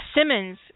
Simmons